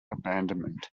abandonment